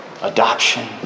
adoption